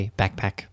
backpack